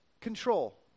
control